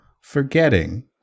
forgetting